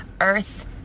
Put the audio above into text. earth